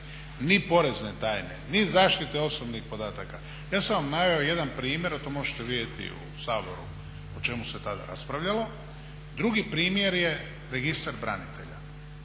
ni porezne tajne ni zaštite osobnih podataka. Ja sam vam naveo jedan primjer, a to možete vidjeti u Saboru o čemu se tada raspravljalo. Drugi primjer je Registar branitelja.